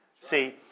See